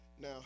Now